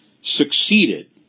succeeded